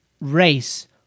race